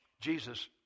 Jesus